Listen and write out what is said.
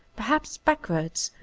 perhaps backwards,